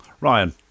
Ryan